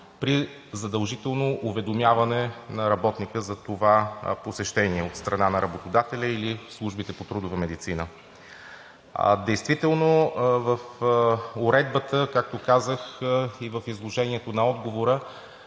при задължително уведомяване на работника за това посещение от страна на работодателя или службите по трудова медицина. Действително в уредбата, както казах и в изложението на отговора